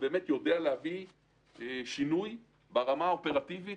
באמת יודע להביא שינוי ברמה האופרטיבית,